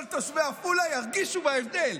כל תושבי עפולה ירגישו בהבדל.